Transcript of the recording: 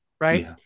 right